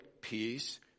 peace